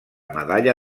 medalla